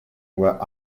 were